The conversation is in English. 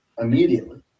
Immediately